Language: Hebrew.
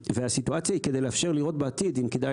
והסיטואציה היא כדי לאפשר לראות בעתיד אם כדאי